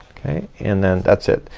okay, and then that's it.